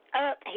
up